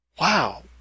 Wow